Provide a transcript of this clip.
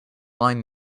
line